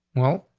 well,